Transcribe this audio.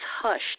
hushed